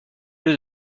lieu